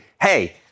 hey